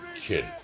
kid